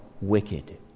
wicked